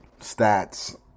stats